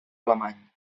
alemany